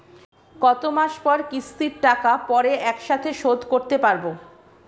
কত মাস পর কিস্তির টাকা পড়ে একসাথে শোধ করতে পারবো?